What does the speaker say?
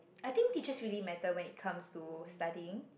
I think teachers really matter when it comes to studying